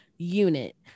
unit